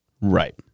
Right